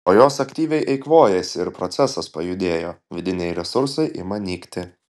o jos aktyviai eikvojasi ir procesas pajudėjo vidiniai resursai ima nykti